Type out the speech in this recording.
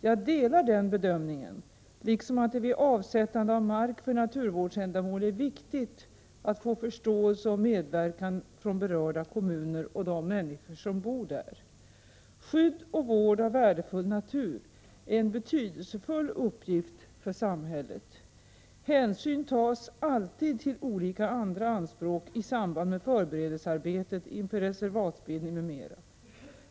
Jag delar den bedömningen liksom att det vid avsättande av mark för naturvårdsändamål är viktigt att få förståelse och medverkan från berörda kommuner och de människor som bor där. Skydd och vård av värdefull natur är en betydelsefull uppgift för samhället. Hänsyn tas alltid till olika andra anspråk i samband med förberedelsearbetet inför reservatsbildning m.m.